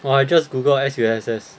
orh I just Google S_U_S_S